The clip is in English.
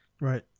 Right